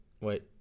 wait